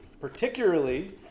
Particularly